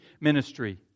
ministry